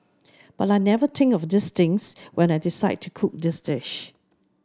but I never think of these things when I decide to cook this dish